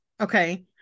Okay